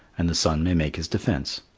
and the sun may make his defence.